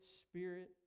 Spirit